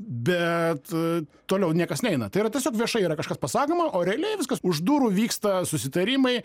bet toliau niekas neina tai yra tiesiog viešai yra kažkas pasakoma o realiai viskas už durų vyksta susitarimai